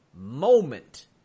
moment